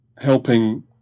helping